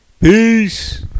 Peace